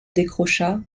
décrocha